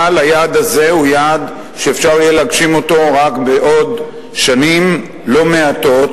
אבל היעד הזה הוא יעד שאפשר יהיה להגשים אותו רק בעוד שנים לא מעטות,